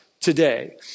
today